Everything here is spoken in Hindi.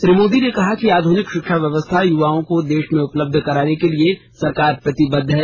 श्री मोदी ने कहा कि आधुनिक शिक्षा व्यवस्था युवाओं को देश में उपलब्ध कराने के लिए सरकार प्रतिबद्ध है